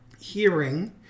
hearing